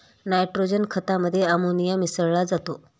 nitrogen खतामध्ये ammonia मिसळा जातो